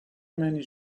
many